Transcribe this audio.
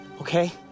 okay